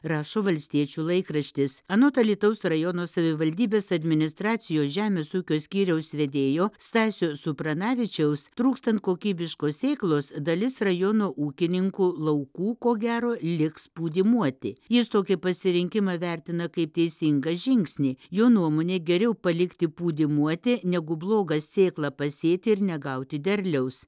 rašo valstiečių laikraštis anot alytaus rajono savivaldybės administracijos žemės ūkio skyriaus vedėjo stasio supranavičiaus trūkstant kokybiškos sėklos dalis rajono ūkininkų laukų ko gero liks pūdymuoti jis tokį pasirinkimą vertina kaip teisingą žingsnį jo nuomone geriau palikti pūdymuoti negu blogą sėklą pasėti ir negauti derliaus